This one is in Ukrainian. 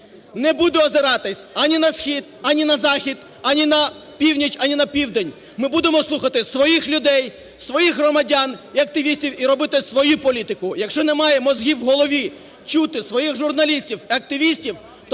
не буде озиратися ані на Схід, ані на Захід, ані на Північ, ані на Південь – ми будемо слухати своїх людей, своїх громадян і активістів і робити свою політику. Якщо немає мозгів у голові чути своїх журналістів і активістів,